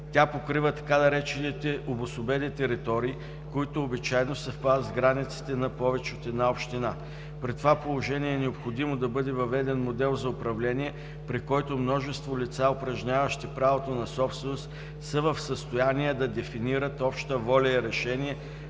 Тя покрива така наречените „обособени територии“, които обичайно съвпадат с границите на повече от една община. При това положение е необходимо да бъде въведен модел за управление, при който множество лица, упражняващи правото на собственост са в състояние да дефинират обща воля и решение